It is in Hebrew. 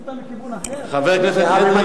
חבר הכנסת אדרי,